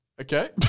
Okay